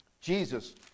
Jesus